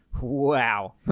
Wow